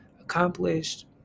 accomplished